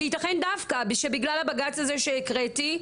וייתכן דווקא בגלל הבג"צ הזה שהבאתי,